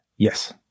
yes